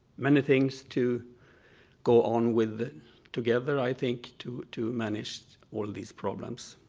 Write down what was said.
many things to go on with together i think to to manage all these problems.